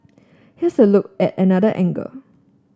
here's a look at another angle